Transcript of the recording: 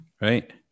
right